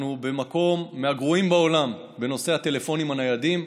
אנחנו במקום מהגרועים בעולם בנושא הטלפונים הניידים.